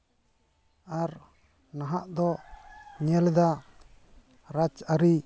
ᱟᱨ ᱱᱟᱦᱟᱜ ᱫᱚ ᱧᱮᱞᱮᱫᱟ ᱨᱟᱡᱽᱼᱟᱹᱨᱤ